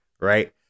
right